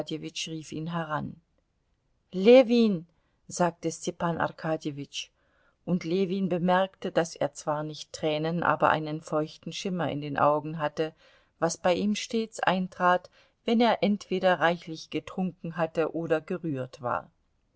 rief ihn heran ljewin sagte stepan arkadjewitsch und ljewin bemerkte daß er zwar nicht tränen aber einen feuchten schimmer in den augen hatte was bei ihm stets eintrat wenn er entweder reichlich getrunken hatte oder gerührt war